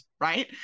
Right